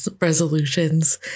resolutions